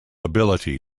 ability